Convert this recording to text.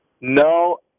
No